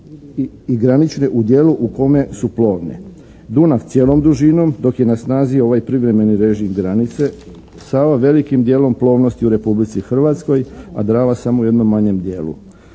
i granične u djelu u kome su plovne. Dunav cijelom dužinom dok je na snazi ovaj privremeni režim granice. Sava velikim dijelom plovnosti u Republici Hrvatskoj a Drava samo u jednom malom dijelu.